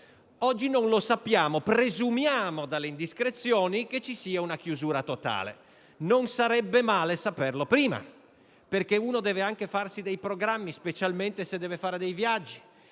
Oggi non lo sappiamo, ma presumiamo dalle indiscrezioni che ci sarà una chiusura totale. Non sarebbe male saperlo prima, perché ognuno deve anche farsi dei programmi, specialmente se deve fare dei viaggi.